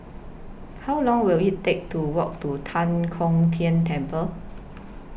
How Long Will IT Take to Walk to Tan Kong Tian Temple